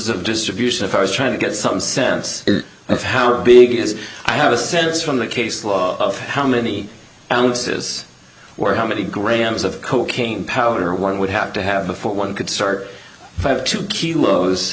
of distribution of i was trying to get some sense of how big it is i have a sense from the case of how many ounces or how many grams of cocaine powder one would have to have before one could start two kilos